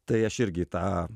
tai aš irgi į tą